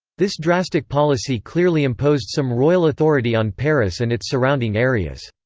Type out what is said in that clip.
this drastic policy clearly imposed some royal authority on paris and its surrounding areas.